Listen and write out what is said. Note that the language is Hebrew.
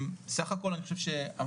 בסך הכל אני חושב שעמדנו,